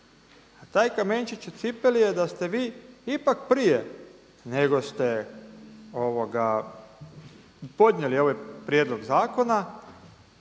taj kamenčić u cipeli je da ste vi ipak prije nego ste podnijeli ovaj prijedlog zakona